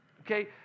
okay